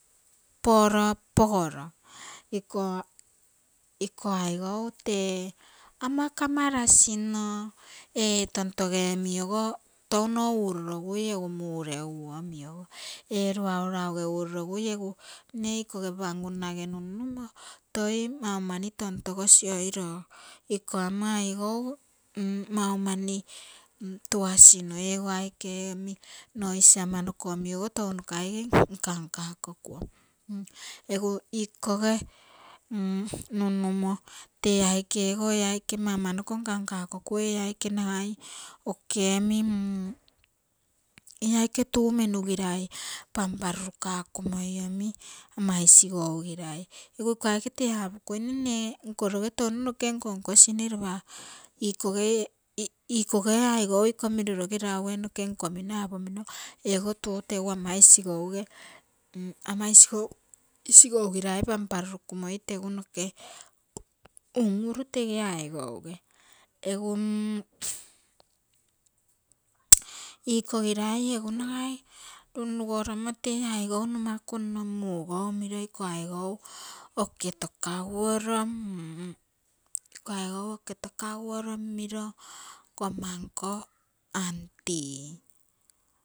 Poro pogoro iko, iko aigou tee ama kamarasino. ee tontoge omi ogo touno urorogui egu mureugu omi ogo ee luau ragu ee urorogui egu mne ikoge panguna age nunnumo toi mau mani tontogosi oiro iko amo aigou mau mani tuasino ego aike omi ama noko omi ogo touno nokeike nkankakokuo. egu ikoge nunnumo tee aike ogo, e aike ama ama noko nkankakokuo, ee aike nagai oke omi, ee aike tuu menu girai panparuru kakumoi omi ama isigou girai egu iko aike tee apokuine, mne ee nkoroge touno noke nkonkosine lopa ikoge aigou iko miroroge rague noke nkomino apomino ego tuu tegu ama isigouge, ama isigougirai pamparurukumoi tegu noke un-uru tege aigoue egu iko girai egu nagai runrugo romo tee aigou nomaku nno mugou miri, iko aigou oke toka guoro, iko aigou oke tokaguoro miro nkomma nko aunty